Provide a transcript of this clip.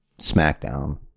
SmackDown